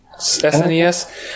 SNES